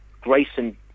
Grayson